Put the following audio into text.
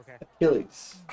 Achilles